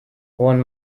one